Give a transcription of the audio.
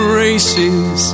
races